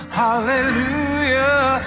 hallelujah